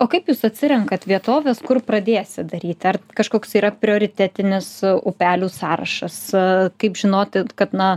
o kaip jūs atsirenkat vietoves kur pradėsit daryti ar kažkoks yra prioritetinis upelių sąrašas kaip žinoti kad na